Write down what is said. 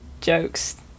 jokes